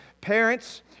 Parents